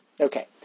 Okay